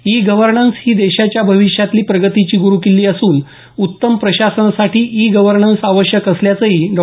E governance ही देशाच्या भविष्यातील प्रगतीची गुरुकिल्ली असून उत्तम प्रशासनासाठी ई गव्हर्नन्स आवश्यक असल्याचंही डॉ